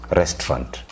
restaurant